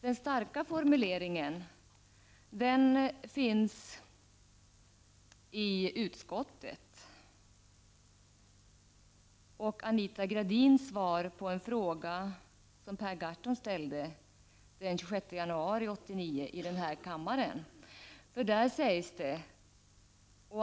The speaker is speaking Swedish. Den starka formuleringen har utformats av utskottet och återfinns i Anita Gradins svar på en fråga, som Per Gahrton ställde den 26 januari 1989.